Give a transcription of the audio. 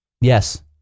Yes